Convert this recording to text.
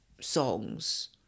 songs